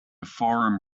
forum